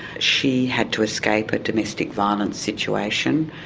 she had to escape a domestic violence situation.